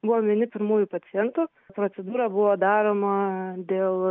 buvom vieni pirmųjų pacientų procedūra buvo daroma dėl